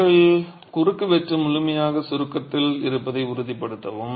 உங்கள் குறுக்குவெட்டு முழுமையாக சுருக்கத்தில் இருப்பதை உறுதிப்படுத்தவும்